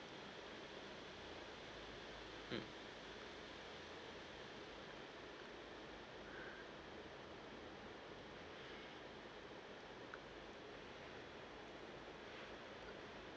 mm